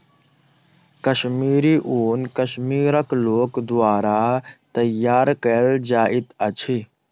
कश्मीरी ऊन कश्मीरक लोक द्वारा तैयार कयल जाइत अछि